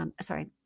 sorry